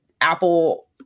Apple